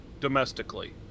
domestically